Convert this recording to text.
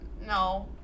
no